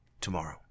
tomorrow